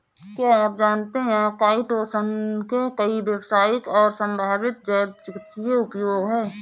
क्या आप जानते है काइटोसन के कई व्यावसायिक और संभावित जैव चिकित्सीय उपयोग हैं?